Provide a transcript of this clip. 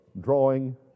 drawing